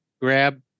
grab